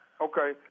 Okay